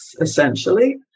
essentially